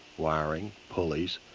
wiring, pulleys,